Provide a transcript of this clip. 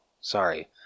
Sorry